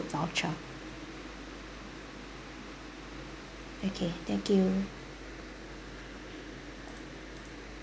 voucher okay thank you